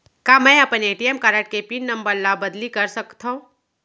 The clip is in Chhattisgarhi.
का मैं अपन ए.टी.एम कारड के पिन नम्बर ल बदली कर सकथव?